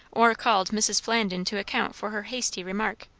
or called mrs. flandin to account for her hasty remark.